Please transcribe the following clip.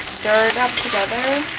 stir it up together